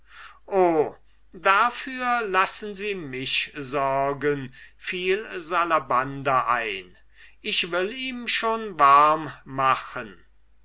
dafür lassen sie mich sorgen fiel salabanda ein ich will ihm schon warm machen